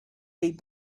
have